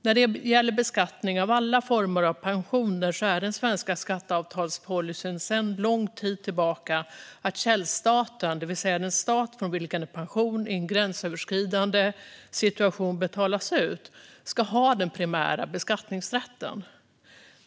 När det gäller beskattning av alla former av pensioner är den svenska skatteavtalspolicyn sedan lång tid tillbaka att källstaten, det vill säga den stat från vilken en pension i en gränsöverskridande situation betalas ut, ska ha den primära beskattningsrätten.